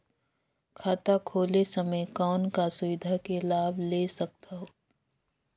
खाता खोले समय कौन का सुविधा के लाभ ले सकथव?